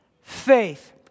Faith